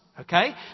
Okay